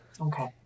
Okay